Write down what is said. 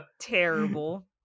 Terrible